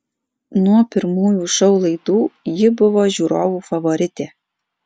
nuo pirmųjų šou laidų ji buvo žiūrovų favoritė